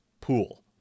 pool